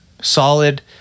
Solid